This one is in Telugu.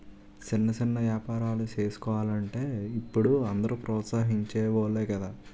సిన్న సిన్న ఏపారాలు సేసుకోలంటే ఇప్పుడు అందరూ ప్రోత్సహించె వోలే గదా